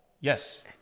Yes